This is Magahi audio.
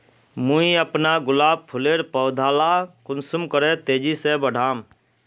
मुई अपना गुलाब फूलेर पौधा ला कुंसम करे तेजी से बढ़ाम?